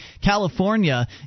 California